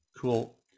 cool